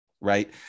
right